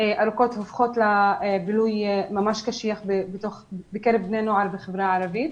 ארוכות הופכות לבילוי ממש קשיח בקרב בני הנוער בחברה הערבית.